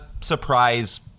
surprise